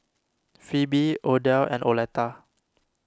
Pheobe Odell and Oleta